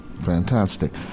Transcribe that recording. fantastic